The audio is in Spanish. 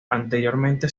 anteriormente